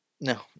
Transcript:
No